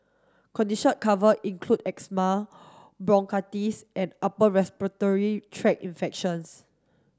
condition covered include asthma bronchitis and upper respiratory tract infections